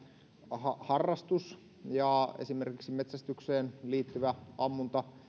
ampumaharrastus esimerkiksi metsästykseen liittyvä ammunta ja